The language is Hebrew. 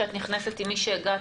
שאת נכנסת עם מי שהגעת,